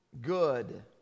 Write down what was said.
good